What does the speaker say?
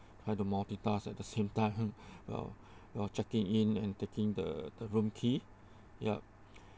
have the multitask at the same time while while checking in and taking the the room key yup